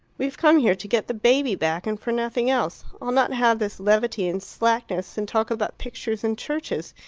we've come here to get the baby back, and for nothing else. i'll not have this levity and slackness, and talk about pictures and churches.